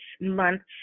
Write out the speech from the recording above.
month's